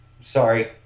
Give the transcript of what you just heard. Sorry